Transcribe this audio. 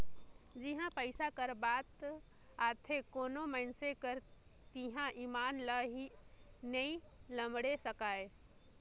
जिहां पइसा कर बात आथे कोनो मइनसे कर तिहां ईमान ल नी टमड़े सकाए